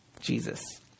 Jesus